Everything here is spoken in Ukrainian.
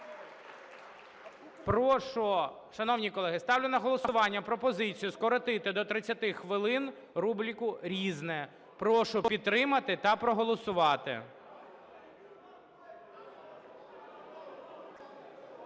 прошу... Шановні колеги, ставлю на голосування пропозицію скоротити до 30 хвилин рубрику "Різне". Прошу підтримати та проголосувати.